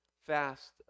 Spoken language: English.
fast